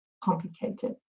complicated